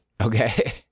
Okay